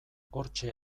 hortxe